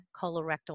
colorectal